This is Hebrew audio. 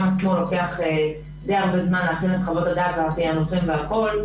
ולוקח די הרבה זמן להכין את חוות הדעת והפענוחים והכול,